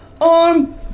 arm